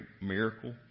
miracle